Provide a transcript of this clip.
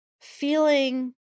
feeling